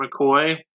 McCoy